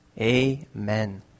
amen